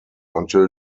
until